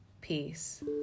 peace